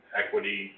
equity